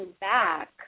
back